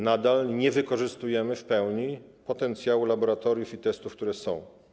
Nadal nie wykorzystujemy w pełni potencjału laboratoriów i testów, które są.